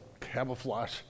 camouflage